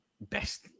best